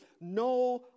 No